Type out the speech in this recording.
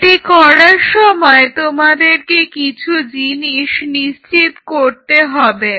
এটি করার সময় তোমাদেরকে কিছু জিনিস নিশ্চিত করতে হবে